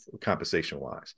compensation-wise